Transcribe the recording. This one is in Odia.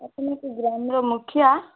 ଗ୍ରାମର ମୁଖିଆ